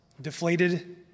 deflated